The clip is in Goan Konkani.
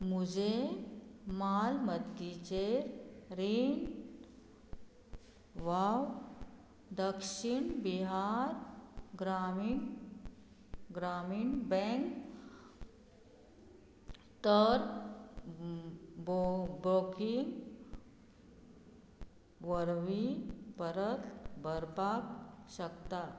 म्हुजें मालमत्तेचेर रीण वाव दक्षीण बिहार ग्रामीण ग्रामीण बँक तर बो बोगी वरवीं परत भरपाक शकता